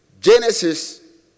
Genesis